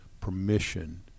permission